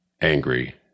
angry